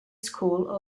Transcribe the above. school